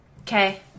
Okay